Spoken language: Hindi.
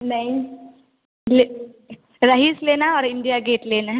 नहीं ले रहीस लेना और इंडिया गेट लेना है